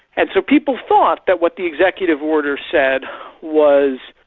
and so people thought that what the executive orders said was,